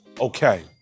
okay